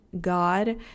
God